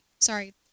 Sorry